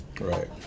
Right